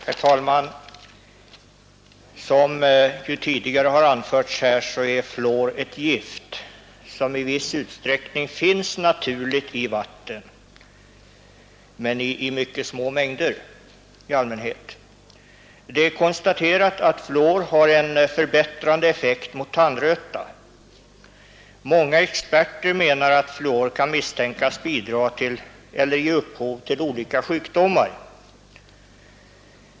Herr talman! Som här tidigare har anförts är fluor ett gift som i viss utsträckning finns naturligt i vatten, men i allmänhet i mycket små mängder. Det är konstaterat att fluor har en förbättrande effekt mot tandröta. Många experter menar att fluor kan misstänkas bidra till eller ge upphov till olika sjukdomar.